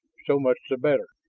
so much the better.